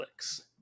Netflix